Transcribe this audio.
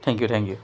thank you thank you